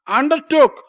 undertook